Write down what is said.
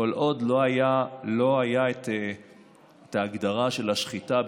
כל עוד לא הייתה ההגדרה של השחיטה,